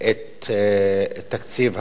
את תקציב הביטחון.